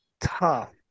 tough